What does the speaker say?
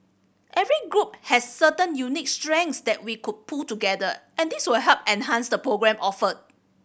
every group has certain unique strengths that we could pool together and this will help enhance the programme offered